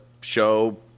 show